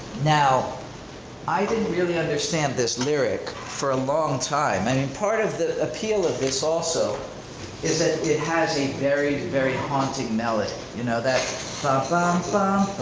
now i didn't really understand this lyric for a long time. i mean, part of the appeal of this also is that it has a very, very haunting melody. you know that i